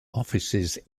offices